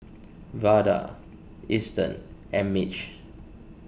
Vada Eston and Mitch